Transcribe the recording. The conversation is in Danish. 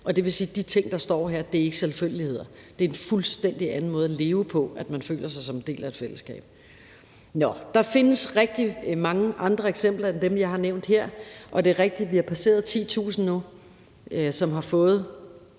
Det vil sige, at de ting, der står her, ikke er selvfølgeligheder. Det er en fuldstændig anden måde at leve på, at man føler sig som en del af et fællesskab. Der findes rigtig mange andre eksempler end dem, jeg har nævnt her, og det er rigtigt, at vi har passeret 10.000 nu, som har et